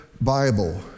Bible